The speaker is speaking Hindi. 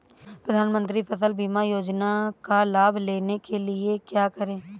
प्रधानमंत्री फसल बीमा योजना का लाभ लेने के लिए क्या करें?